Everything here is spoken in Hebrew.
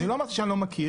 אני לא אמרתי שאני לא מכיר.